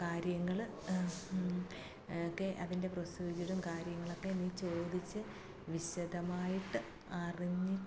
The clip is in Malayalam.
കാര്യങ്ങൾ ഒക്കെ അതെ അതിൻ്റെ പ്രോസീജിയറും കാര്യങ്ങളുമൊക്കെ നീ ചോദിച്ച് വിശദമായിട്ട് അറിഞ്ഞിട്ട്